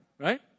Right